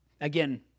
Again